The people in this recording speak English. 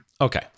Okay